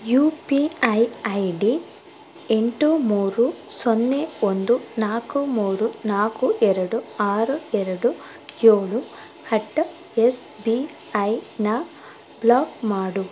you P I I D ಎಂಟು ಮೂರು ಸೊನ್ನೆ ಒಂದು ನಾಲ್ಕು ಮೂರು ನಾಲ್ಕು ಎರಡು ಆರು ಎರಡು ಏಳು ಹಟ್ ಎಸ್ ಬಿ ಐನ ಬ್ಲಾಕ್ ಮಾಡು